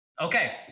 Okay